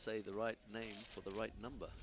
say the right name for the right number